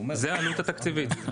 זו העלות התקציבית.